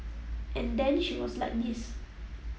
and then she was like this